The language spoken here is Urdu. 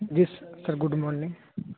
G sir good morning